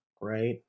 right